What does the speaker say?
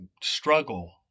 struggle